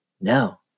no